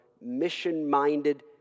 mission-minded